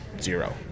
zero